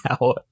Now